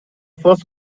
first